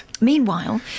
Meanwhile